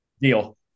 Deal